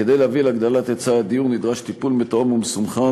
כדי להביא להגדלת היצע הדיור נדרש טיפול מתואם ומסונכרן